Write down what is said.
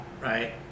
right